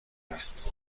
نیست